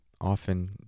often